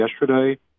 yesterday